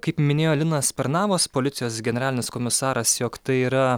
kaip minėjo linas pernavas policijos generalinis komisaras jog tai yra